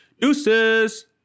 Deuces